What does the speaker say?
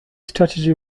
strategy